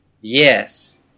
Yes